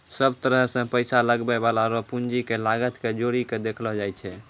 सब तरह से पैसा लगबै वाला रो पूंजी के लागत के जोड़ी के देखलो जाय छै